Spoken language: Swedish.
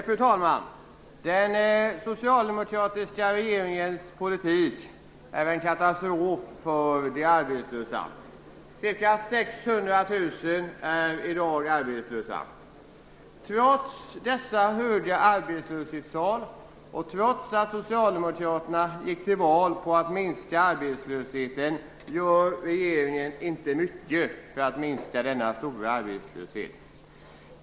Fru talman! Den socialdemokratiska regeringens politik är en katastrof för de arbetslösa. Ca 600 000 människor är i dag arbetslösa. Trots dessa höga arbetslöshetstal och trots att Socialdemokraterna gick till val på att minska arbetslösheten gör regeringen inte mycket för att minska denna stora arbetslöshet.